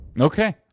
Okay